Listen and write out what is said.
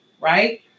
right